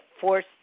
force